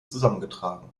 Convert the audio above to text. zusammengetragen